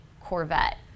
Corvette